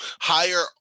higher